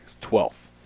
twelfth